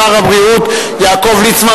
שר הבריאות יעקב ליצמן,